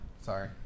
sorry